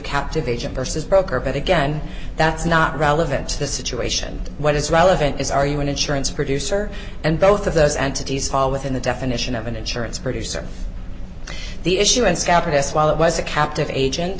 captive agent versus broker but again that's not relevant to the situation what is relevant is are you an insurance producer and both of those entities fall within the definition of an insurance producer the issuance scatness while it was a captive agent